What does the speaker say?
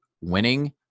winning